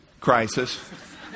crisis